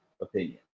opinion